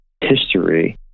history